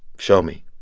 show me.